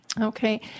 Okay